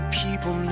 people